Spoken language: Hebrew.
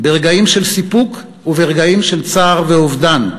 ברגעים של סיפוק וברגעים של צער ואובדן.